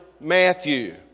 Matthew